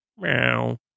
Meow